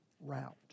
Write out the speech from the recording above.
route